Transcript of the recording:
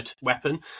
weapon